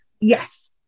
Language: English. Yes